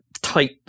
tight